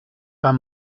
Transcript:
pas